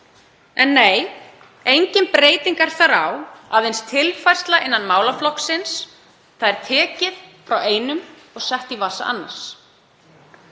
En nei, engin breyting er þar á, aðeins tilfærsla innan málaflokksins. Tekið er frá einum og sett í vasa annars.